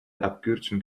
abkürzung